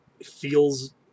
feels